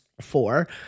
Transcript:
four